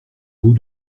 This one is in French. vos